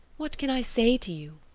what can i say to you?